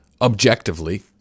objectively